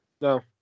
No